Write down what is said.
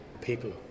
people